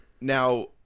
Now